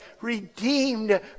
redeemed